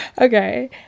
okay